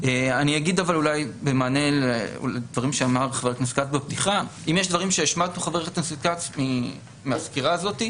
במענה לדברים שאמר חה"כ כץ בפתיחה אם יש דברים שהשמטנו מהסקירה הזאת,